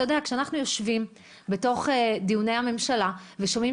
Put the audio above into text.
כשאנחנו יושבים בתוך דיוני הממשלה ושומעים